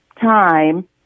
time